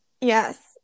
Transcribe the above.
Yes